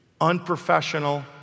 unprofessional